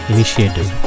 Initiative